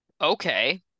Okay